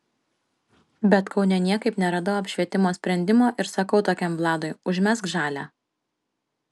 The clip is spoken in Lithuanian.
bet kaune niekaip neradau apšvietimo sprendimo ir sakau tokiam vladui užmesk žalią